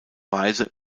weise